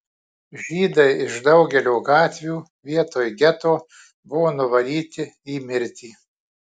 žydai iš daugelio gatvių vietoj geto buvo nuvaryti į mirtį